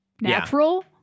natural